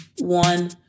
one